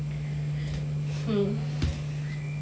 hmm